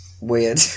weird